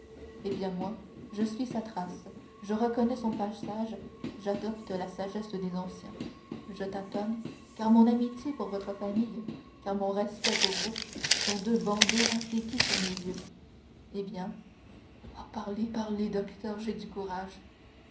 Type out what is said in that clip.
eh bien moi je suis sa trace je reconnais son passage j'adopte la sagesse des anciens je tâtonne car mon amitié pour votre famille car mon respect pour vous sont deux bandeaux appliqués sur mes yeux eh bien oh parlez parlez docteur j'aurai du courage